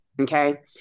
Okay